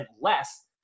less